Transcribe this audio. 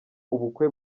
ubukwe